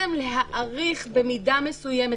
אני מציעה להאריך במידה מסוימת.